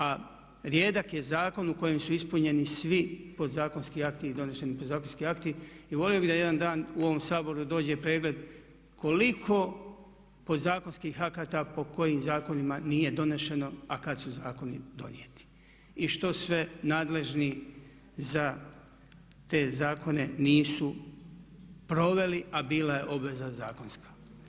A rijedak je zakon u kojem su ispunjeni svi podzakonski akti i doneseni podzakonski akti i volio bi da jedan dan u ovom Saboru dođe pregled koliko podzakonskih akata po kojim zakonima nije donešeno a kad su zakoni donijeti i što sve nadležni za te zakone nisu proveli a bila je obveza zakonska?